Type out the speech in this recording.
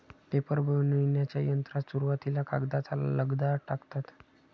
paper बनविण्याच्या यंत्रात सुरुवातीला कागदाचा लगदा टाकतात